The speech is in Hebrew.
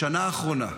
בשנה האחרונה,